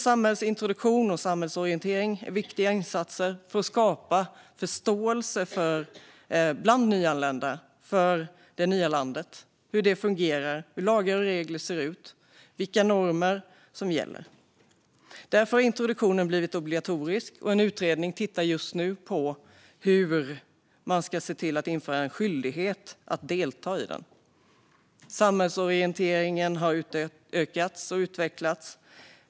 Samhällsintroduktion och samhällsorientering är viktiga insatser för att skapa en förståelse bland nyanlända för hur det nya landet fungerar, hur lagar och regler ser ut och vilka normer och värderingar som gäller. Därför har introduktionen blivit obligatorisk, och en utredning tittar nu på hur man kan införa en skyldighet att delta. Samhällsorienteringen har utökats och utvecklats.